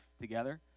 together